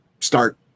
start